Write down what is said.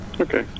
Okay